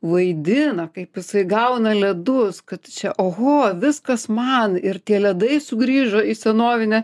vaidina kaip jisai gauna ledus kad čia oho viskas man ir tie ledai sugrįžo į senovinę